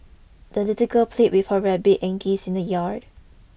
the little girl played with her rabbit and geese in the yard